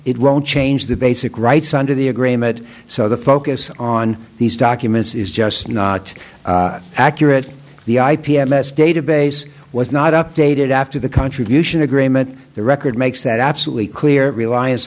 it won't change the basic rights under the agreement so the focus on these documents is just not accurate the i p m s database was not updated after the contribution agreement the record makes that absolutely clear reliance